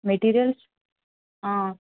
materials